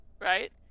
right